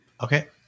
Okay